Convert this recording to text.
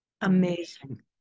Amazing